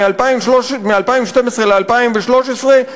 מ-2012 ל-2013,